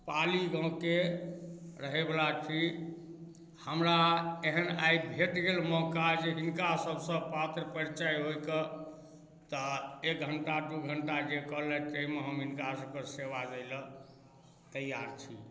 पाली गामके रहैवला छी हमरा एहन आइ भेट गेल मौका जे हिनका सभसँ पात्र परिचय होइके तऽ एक घंटा दू घंटा जे कहलनि ताहिमे हम हिनकासभके सेवा दै लेल तैआर छी